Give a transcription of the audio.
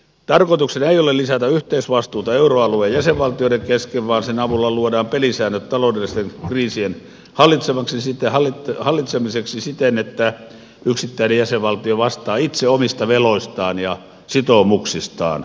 tarkoituksena ei ole lisätä yhteisvastuuta euroalueen jäsenvaltioiden kesken vaan sen avulla luodaan pelisäännöt taloudellisten kriisien hallitsemiseksi siten että yksittäinen jäsenvaltio vastaa itse omista veloistaan ja sitoumuksistaan